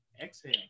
exhale